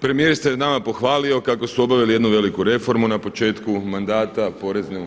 Premijer se nama pohvalio kako su obavili jednu veliku reformu na početku mandata poreznu,